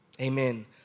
Amen